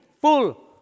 full